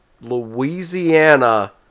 Louisiana